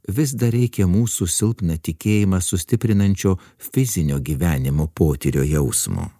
vis dar reikia mūsų silpną tikėjimą sustiprinančio fizinio gyvenimo potyrio jausmo